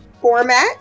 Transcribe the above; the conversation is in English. format